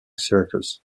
circus